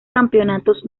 campeonatos